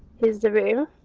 here's the room,